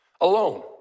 alone